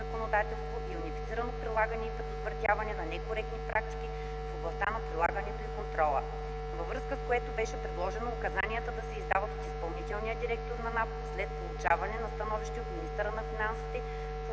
и унифицирано прилагане и предотвратяване на некоректни практики в областта на прилагането и контрола, във връзка с което беше предложено указанията да се издават от изпълнителния директор на НАП, след получаване на становище от министъра на финансите